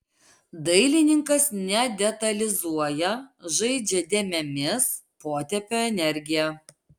dailininkas nedetalizuoja žaidžia dėmėmis potėpio energija